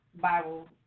Bible